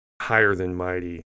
higher-than-mighty